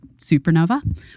supernova